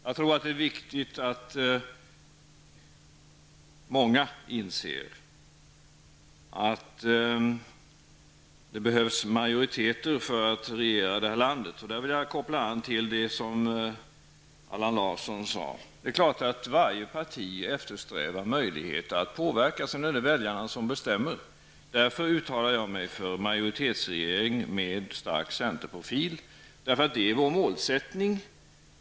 Jag tror att det är viktigt att många inser att det behövs majoriteter för att regera landet. Där vill jag knyta an till det som Allan Larsson sade, att det är klart att varje parti eftersträvar möjligheter att påverka. Sedan är det väljarna som bestämmer. Därför uttalar jag mig för en majoritetsregering med stark centerprofil, för det är vår målsättning.